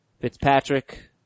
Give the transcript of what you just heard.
Fitzpatrick